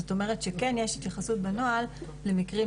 זאת אומרת שכן יש התייחסות בנוהל למקרים